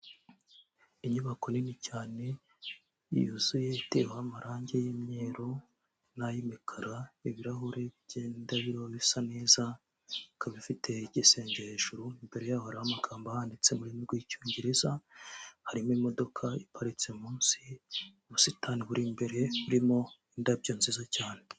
Inyubako nini cyane yuzuye iteyeho amarangi y'imyeru n'ay'imikara, ibirahuri bigenda biba bisa neza, ikaba ifite igisenge hejuruvi imbere yaho harihora amagambo ahanditse mu rurimi rw'icyongereza, harimo imodoka iparitse munsi ubusitani buri imbere burimo indabyo nziza cyane.